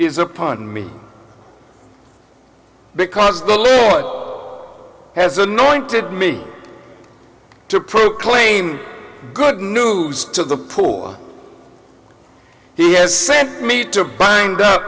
is upon me because the lord has anointed me to proclaim good news to the pool he has sent me to bind